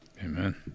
Amen